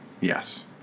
Yes